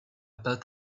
about